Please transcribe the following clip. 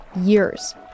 years